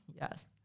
yes